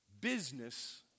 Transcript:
business